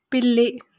పిల్లి